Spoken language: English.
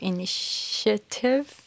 Initiative